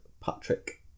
Patrick